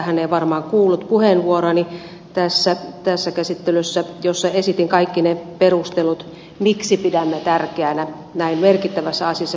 hän ei varmaan kuullut puheenvuoroani tässä käsittelyssä jossa esitin kaikki ne perustelut miksi pidämme kunnollista lainvalmistelua tärkeänä näin merkittävässä asiassa